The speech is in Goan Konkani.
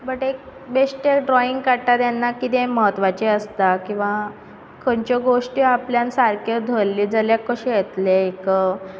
बट एक बेश्टे ड्रोयींग काडटा तेन्ना किदें म्हत्वाचें आसता किंवा खंयच्यो गोश्टी आपल्यान सारक्यो धरली जाल्यार कशी येतली एक